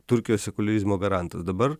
turkijos sekuliarizmo garantas dabar